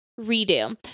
redo